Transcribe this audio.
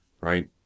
right